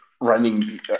Running